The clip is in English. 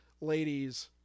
ladies